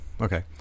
okay